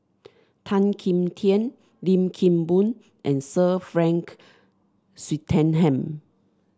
Tan Kim Tian Lim Kim Boon and Sir Frank Swettenham